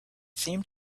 seemed